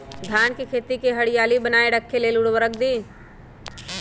धान के खेती की हरियाली बनाय रख लेल उवर्रक दी?